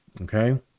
Okay